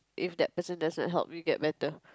if that person does not help you get better